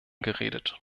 geredet